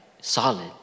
solid